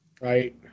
Right